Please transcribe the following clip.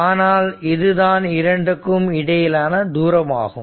ஆனால் இதுதான் இரண்டுக்கும் இடையிலான தூரமாகும்